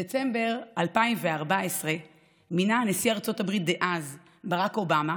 בדצמבר 2014 מינה נשיא ארצות הברית דאז ברק אובמה